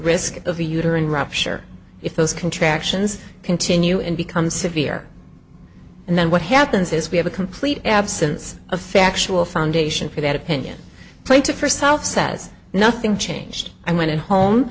risk of a uterine rupture if those contractions continue and become severe and then what happens is we have a complete absence of factual foundation for that opinion plaintiff herself says nothing changed i went home